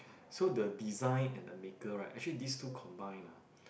so the design and the maker right actually this two combine ah